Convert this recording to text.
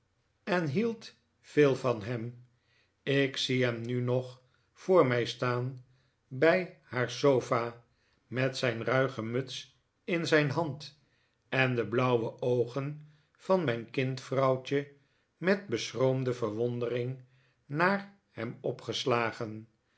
en hield heel veel van hem ik zie hem ftu nog voor mij staan bij haar sofa met zijn ruige muts in zijn hand en de blauwe oogen van mijn kind vrouwtje met beschroomde verwondering naar hem opgeslagen